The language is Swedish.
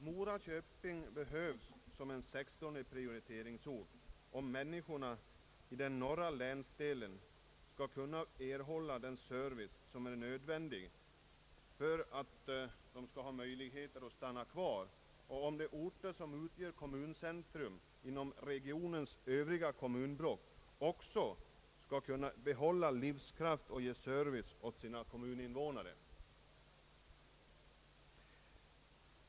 Mora behöver bli den 16:e prioriteringsorten, om människorna i den norra länsdelen skall kunna erhålla den service som är nödvändig för att de skall få möjlighet att stanna kvar och Statsverkspropositionen m.m. för att de orter som utgör kommuncentra inom regionens övriga kommunblock också skall kunna behålla sin livskraft och ge service åt sina invånare.